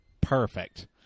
perfect